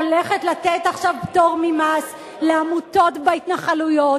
הולכת לתת עכשיו פטור ממס לעמותות בהתנחלויות.